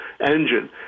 engine